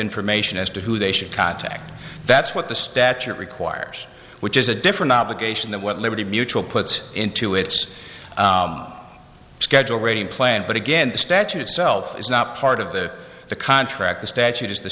information as to who they should contact that's what the statute requires which is a different obligation that what liberty mutual puts into its schedule rating plan but again the statute itself is not part of the the contract the statute is the